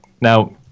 Now